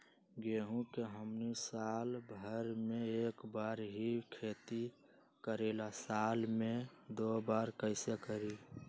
गेंहू के हमनी साल भर मे एक बार ही खेती करीला साल में दो बार कैसे करी?